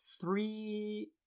three